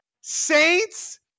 Saints